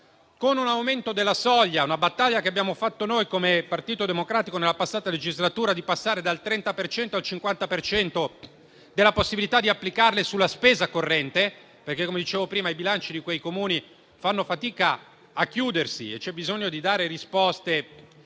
con un aumento della soglia - una battaglia che abbiamo fatto noi come Partito Democratico nella passata legislatura - dal 30 al 50 per cento della possibilità di applicarli sulla spesa corrente. Infatti, come dicevo prima, i bilanci di quei Comuni fanno fatica a chiudersi e c'è bisogno di dare risposte